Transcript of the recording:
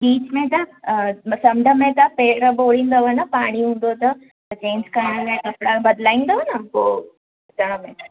beach में त समुंड में त पेर ॿोणींदव न पाणी हूंदो त चेंज करण लाइ कपिड़ा मटाईंदव पोइ तव्हां